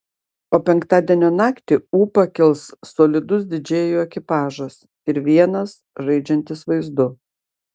o penktadienio naktį ūpą kels solidus didžėjų ekipažas ir vienas žaidžiantis vaizdu